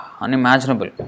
unimaginable